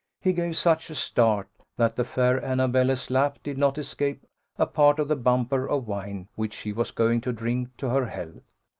he gave such a start, that the fair annabella's lap did not escape a part of the bumper of wine which he was going to drink to her health.